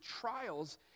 trials